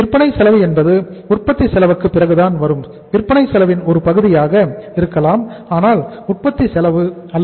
விற்பனை செலவு என்பது உற்பத்தி செலவுக்கு பிறகுதான் வரும் விற்பனை செலவின் ஒரு பகுதியாக இருக்கலாம் ஆனால் உற்பத்தி செலவு அல்ல